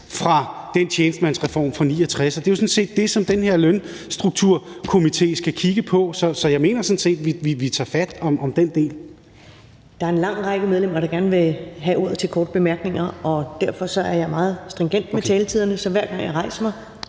fra den tjenestemandsreform fra 1969. Det er jo sådan set det, som den her lønstrukturkomité skal kigge på, så jeg mener sådan set, at vi tager fat om den del. Kl. 13:25 Første næstformand (Karen Ellemann): Der er en lang række medlemmer, der gerne vil have ordet til korte bemærkninger. Derfor er jeg meget stringent med taletiderne, så hver gang jeg rejser mig,